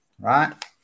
right